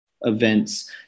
events